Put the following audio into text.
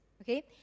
Okay